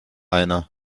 einer